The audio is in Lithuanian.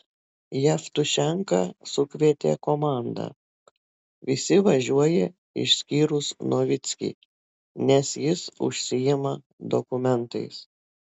jevtušenka sukvietė komandą visi važiuoja išskyrus novickį nes jis užsiima dokumentais